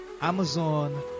Amazon